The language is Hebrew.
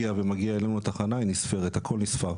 אני אסביר